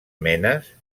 menes